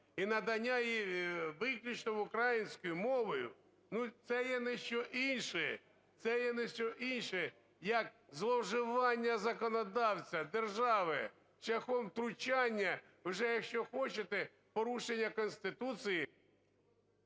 і надання виключно українською мовою, це є не що інше, це є не що інше, як зловживання законодавця, держави шляхом втручання, вже якщо хочете, порушення Конституції…